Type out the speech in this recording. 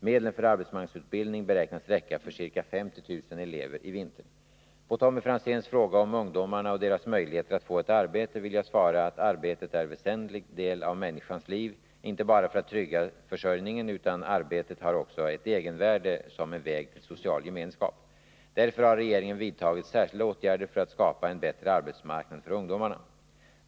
Medlen för arbetsmarknadsutbildningen beräknas räcka för ca 50000 elever i vinter. På Tommy Franzéns fråga om ungdomarna och deras möjligheter att få ett arbete vill jag svara att arbetet är en väsentlig del av människans liv, inte bara för att trygga sin försörjning, utan arbetet har också ett egenvärde som en väg till social gemenskap. Därför har regeringen vidtagit särskilda åtgärder för att skapa en bättre arbetsmarknad för ungdomarna.